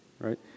right